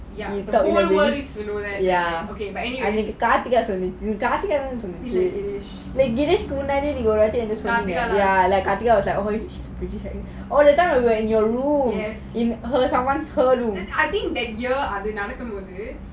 no worries to do that but anyways இல்ல Girish girish yes I think that year அது நாடாகும் போது Karthiga nadakum bothu karthiga said that to everyone